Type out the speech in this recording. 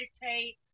meditate